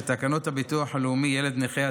ותקנות הביטוח הלאומי (ילד נכה),